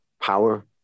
Power